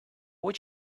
would